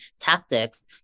tactics